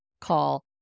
call